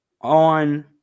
on